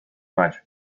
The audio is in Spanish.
mayo